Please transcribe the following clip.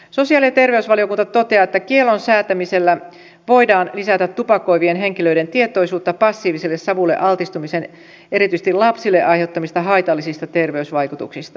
sosiaali ja terveysvaliokunta toteaa että kiellon säätämisellä voidaan lisätä tupakoivien henkilöiden tietoisuutta passiivisen savulle altistumisen erityisesti lapsille aiheuttamista haitallisista terveysvaikutuksista